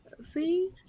see